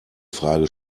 frage